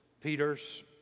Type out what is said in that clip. Peter's